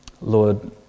Lord